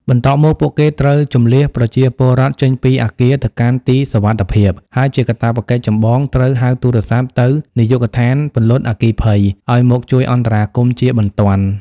បន្ទាប់មក ពួកគេត្រូវ ជម្លៀសប្រជាពលរដ្ឋ ចេញពីអគារទៅកាន់ទីសុវត្ថិភាព ហើយជាកាតព្វកិច្ចចម្បង ត្រូវ ហៅទូរស័ព្ទទៅនាយកដ្ឋានពន្លត់អគ្គិភ័យ ឲ្យមកជួយអន្តរាគមន៍ជាបន្ទាន់។